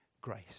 grace